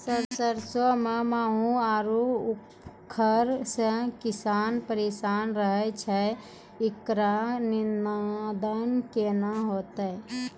सरसों मे माहू आरु उखरा से किसान परेशान रहैय छैय, इकरो निदान केना होते?